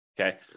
Okay